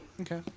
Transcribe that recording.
okay